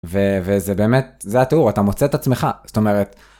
וזה באמת, זה התיאור, אתה מוצא את עצמך, זאת אומרת.